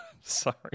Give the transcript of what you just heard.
sorry